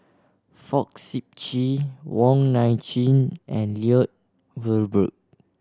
Fong Sip Chee Wong Nai Chin and Lloyd Valberg